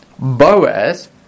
Boaz